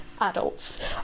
adults